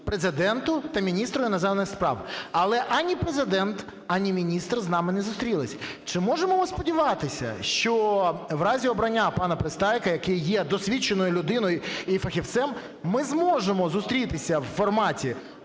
Президенту та міністру іноземних справ, але ані Президент, ані міністр з нами не зустрілись. Чи можемо ми сподіватися, що в разі обрання пана Пристайка, який є досвідченою людиною і фахівцем, ми зможемо зустрітися в форматі: